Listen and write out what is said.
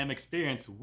Experience